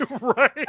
Right